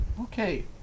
Okay